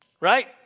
right